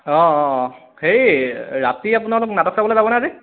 অঁ অঁ অঁ হেৰি ৰাতি আপোনালোক নাটক চাবলে যাবনে আজি